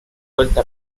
vuelta